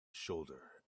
shoulder